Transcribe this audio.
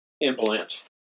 implant